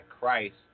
christ